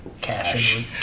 Cash